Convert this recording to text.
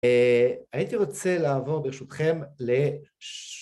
הייתי רוצה לעבור ברשותכם לש